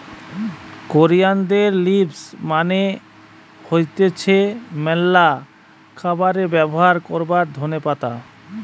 কোরিয়ানদের লিভস মানে হতিছে ম্যালা খাবারে ব্যবহার করবার ধোনে পাতা